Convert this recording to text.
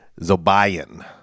Zobayan